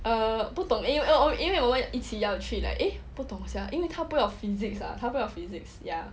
uh 不懂诶因为我们一起要去 like eh 不懂 sia 因为他不要 physics ah 他不要 physics ya